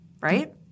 right